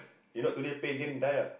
you not today play game die ah